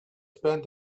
spend